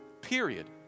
Period